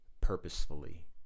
purposefully